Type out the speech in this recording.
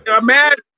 Imagine